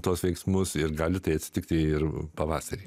tuos veiksmus ir gali tai atsitikti ir pavasarį